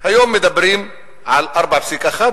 היום מדברים על 4.1%,